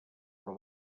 però